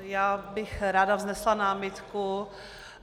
Já bych ráda vznesla námitku